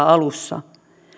alussa